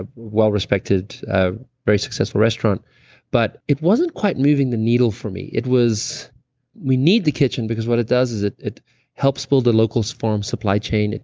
ah wellrespected, ah very successful restaurant but it wasn't quite moving the needle for me. it was we need the kitchen because what it does is it it helps build the locals farm supply chain.